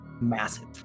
massive